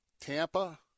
Tampa